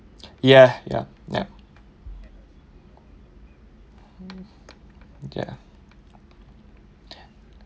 ya ya ya ya